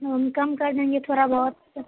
تو ہم کم کر دیں گے تھوڑا بہت